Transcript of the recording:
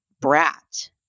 brat